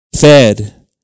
fed